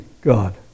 God